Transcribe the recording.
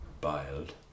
Biled